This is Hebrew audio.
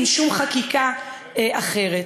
עם שום חקיקה אחרת.